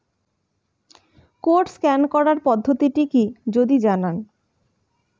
Code scan করার পদ্ধতিটি কি যদি জানান?